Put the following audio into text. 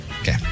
Okay